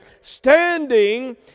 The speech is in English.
standing